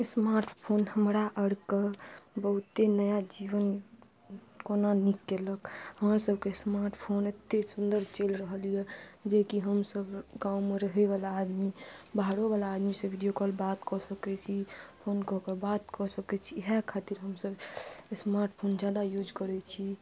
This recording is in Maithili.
स्मार्ट फोन हमरा आरके बहुते नया जीवन कोना नीक केलक अहाँ सबके स्मार्ट फोन एते सुन्दर चलि रहल यऽ जेकि हमसब गाँवमे रहै बला आदमी बाहरो बला आदमी से वीडियो कॉल बात कऽ सकैत छी फोन कऽ कऽ बात कऽ सकैत छी इएह खातिर हमसब स्मार्ट फोन ज्यादा यूज करै छी